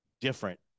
different